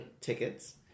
tickets